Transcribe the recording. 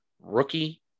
rookie